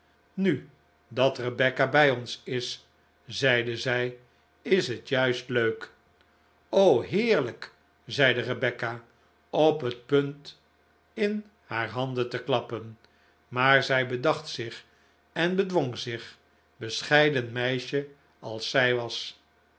nu dat rebecca bij ons is zeide zij is het juist leuk heerlijk zeide rebecca op het punt in haar handen te klappen maar zij bedacht zich en bedwong zich bescheiden meisje als zij was